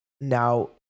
now